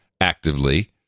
actively